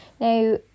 Now